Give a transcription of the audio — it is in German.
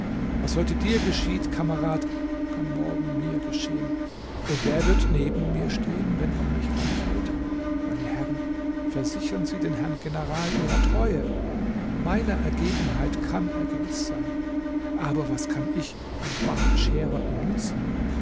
was heute dir geschieht kamerad kann morgen mir geschehen und wer wird neben mir stehen wenn man mich anfällt meine herren versichern sie den herrn general ihrer treue meiner ergebenheit kann er gewiß sein aber was kann ich ein bartscherer ihm nützen